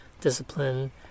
discipline